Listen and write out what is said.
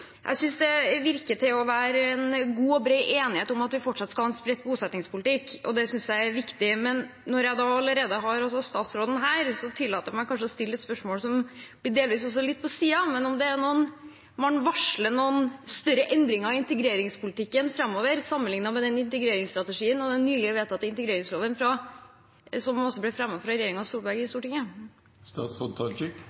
Jeg synes det ser ut til å være en god og bred enighet om at vi fortsatt skal ha en spredt bosettingspolitikk, og det synes jeg er viktig. Når jeg allerede har statsråden her, tillater jeg meg å stille et spørsmål som delvis er litt på siden: Varsler man noen større endringer i integreringspolitikken framover, sammenliknet med den integreringsstrategien og den nylig vedtatte integreringsloven som ble fremmet fra regjeringen Solberg i